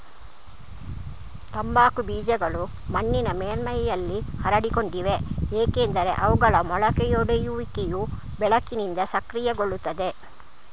ತಂಬಾಕು ಬೀಜಗಳು ಮಣ್ಣಿನ ಮೇಲ್ಮೈಯಲ್ಲಿ ಹರಡಿಕೊಂಡಿವೆ ಏಕೆಂದರೆ ಅವುಗಳ ಮೊಳಕೆಯೊಡೆಯುವಿಕೆಯು ಬೆಳಕಿನಿಂದ ಸಕ್ರಿಯಗೊಳ್ಳುತ್ತದೆ